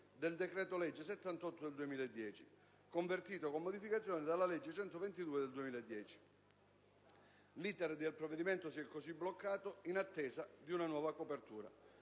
del decreto-legge 78 del 2010, convertito, con modificazioni, dalla legge n. 122 del 2010. L'*iter* del provvedimento si è così bloccato in attesa di una nuova copertura.